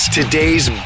today's